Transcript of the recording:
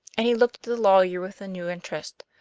and he looked at the lawyer with a new interest.